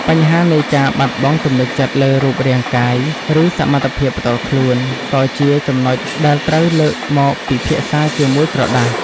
បញ្ហានៃការបាត់បង់ទំនុកចិត្តលើរូបរាងកាយ ឬសមត្ថភាពផ្ទាល់ខ្លួន ក៏ជាចំណុចដែលត្រូវលើកមកពិភាក្សាជាមួយក្រដាស។